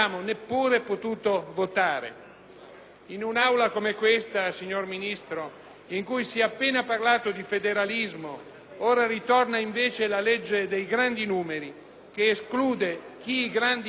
In un'Aula come questa, signor Ministro, in cui si è appena parlato di federalismo, ora ritorna invece la legge dei grandi numeri, che esclude chi i grandi numeri non li ha e non li può avere.